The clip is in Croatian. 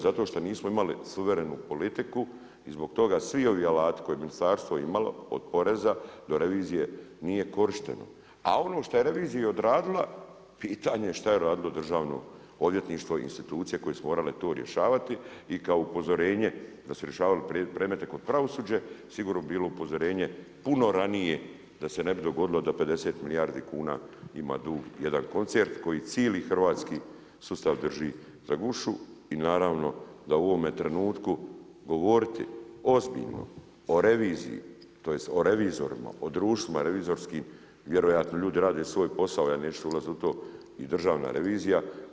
Zato što nismo imali suvremenu politiku i zbog toga svi ovi alati koje je ministarstvo imalo od poreza do revizije nije korišteno, a ono što je revizija odradila, pitanje šta je radio Državno odvjetništvo i institucije koje su morale to rješavati i kao upozorenje, da su rješavale predmete kao pravosuđe, sigurno bi bilo upozorenje puno radnije, da se ne bi dogodilo da 50 milijardi kuna ima dug ima jedan koncern, koji cijeli hrvatski sustav drži za gušu i naravno, da u ovome trenutku, govoriti ozbiljno o reviziji, tj. o revizorima, o društvu revizorskim, vjerojatno ljudi rade svoj posao, ja neću ulaziti u to i državna revizija.